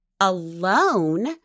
alone